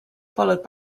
followed